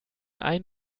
ein